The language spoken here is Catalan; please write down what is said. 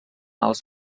als